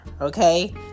okay